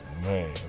Man